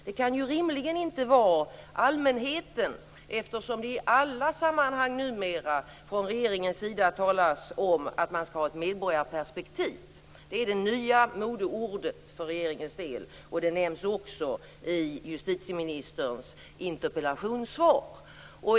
Det kan rimligen inte vara allmänheten, eftersom det i alla sammanhang numera från regeringens sida talas om att man skall ha ett medborgarperspektiv. Det är det nya modeordet för regeringens del. Det nämns också i justitieministerns interpellationssvar.